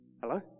Hello